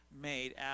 made